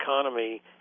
economy